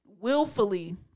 willfully